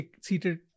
seated